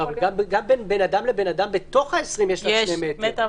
גם בין בן אדם לבן אדם בתוך ה-20 יש לך 2 מטר.